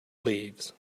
leaves